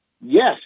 Yes